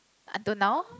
until now